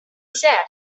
said